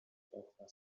okno